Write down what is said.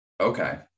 okay